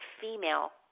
female